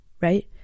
right